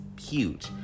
huge